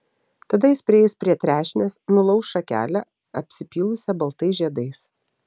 tada jis prieis prie trešnės nulauš šakelę apsipylusią baltais žiedais